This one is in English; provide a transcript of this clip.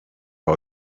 all